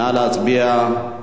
נא להצביע.